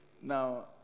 Now